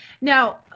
Now